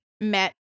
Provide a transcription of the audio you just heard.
met